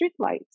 streetlights